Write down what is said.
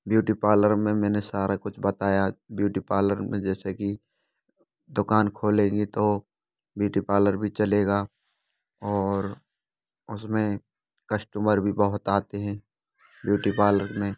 beauty parlour में मैंने सारा कुछ बताया ब्यूटी पार्लर में जैसे कि दुकान खोलेंगी तो ब्यूटी पार्लर भी चलेगा और उसमें कष्टमर भी बहुत आते हैं ब्यूटी पार्लरब्यूटी पार्लर में